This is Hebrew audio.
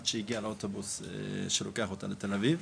עד שהגיעה לאוטובוס שלוקח אותה לתל אביב,